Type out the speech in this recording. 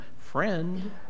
friend